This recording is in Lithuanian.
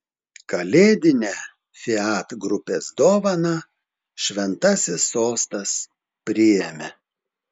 kalėdinę fiat grupės dovaną šventasis sostas priėmė